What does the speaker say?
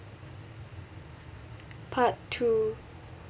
part two